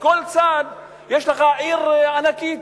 שמכל צד יש לך עיר ענקית,